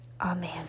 Amen